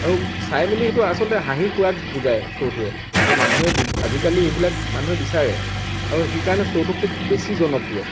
আৰু চাই মেলি সেইটো আচলতে হাঁহিৰ খোৰাক যোগায় শ্ব'টোৱে আৰু মানুহে বিভি আজিকালি এইবিলাক মানুহে বিচাৰে আৰু সেইকাৰণে শ্ব'টো খুব বেছি জনপ্ৰিয়